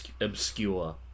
obscure